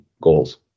goals